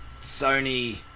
Sony